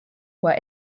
were